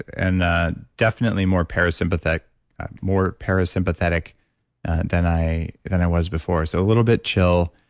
and definitely more parasympathetic more parasympathetic than i than i was before, so a little bit chill.